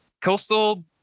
Coastal